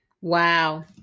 Wow